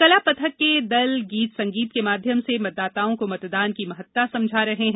कला पथक के दल गीत संगीत के माध्यम से मतदाताओं को मतदान की महत्ता समझा रहे हैं